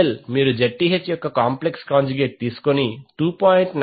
ZL మీరు Zth యొక్క complex conjugate తీసుకొని 2